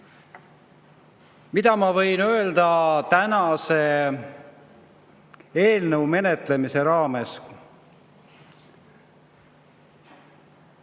Mida ma võin öelda selle eelnõu menetlemise raames?